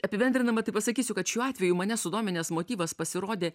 apibendrindama tai pasakysiu kad šiuo atveju mane sudominęs motyvas pasirodė